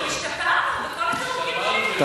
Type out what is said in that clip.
אנחנו השתפרנו בכל הדירוגים.